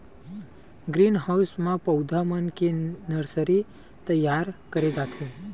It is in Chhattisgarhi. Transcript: ग्रीन हाउस म पउधा मन के नरसरी तइयार करे जाथे